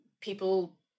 people